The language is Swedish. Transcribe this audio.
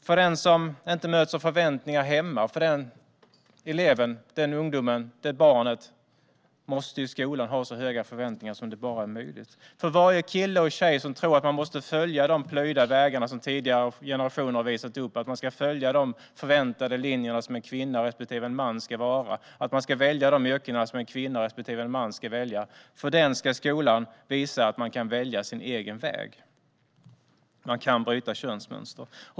För den som inte möts av förväntningar hemma måste skolan ha så höga förväntningar som det bara är möjligt. För varje kille och tjej som tror att man måste följa de vägar som tidigare generationer har plöjt upp - att man ska följa förväntningar på hur kvinnor respektive män ska vara och att man ska välja de yrken som kvinnor respektive män ska ha - ska skolan visa att man kan välja sin egen väg och att man kan bryta könsmönster.